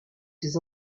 ses